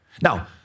Now